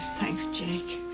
thanks, jake.